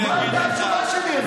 מה הייתה התשובה שלי אליך?